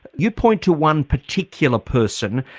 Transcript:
you point to one particular person,